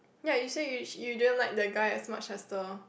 ya you said you you didn't like the guy as much as the